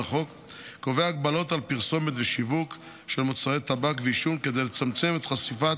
קובע הגבלות על פרסומת ושיווק של מוצרי טבק ועישון כדי לצמצם את חשיפת